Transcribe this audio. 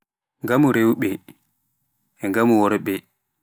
ngamu rewɓe e ngamu worɓe.